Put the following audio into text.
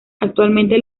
actualmente